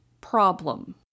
problem